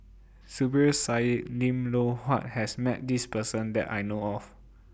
Zubir Said Lim Loh Huat has Met This Person that I know of